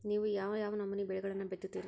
ನೇವು ಯಾವ್ ಯಾವ್ ನಮೂನಿ ಬೆಳಿಗೊಳನ್ನ ಬಿತ್ತತಿರಿ?